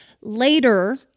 later